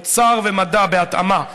אוצר ומדע בהתאמה,